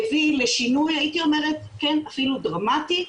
הוא הביא לשינוי, הייתי אומרת אפילו דרמטי,